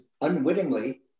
unwittingly